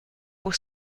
pour